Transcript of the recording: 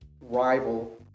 rival